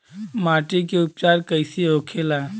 माटी के उपचार कैसे होखे ला?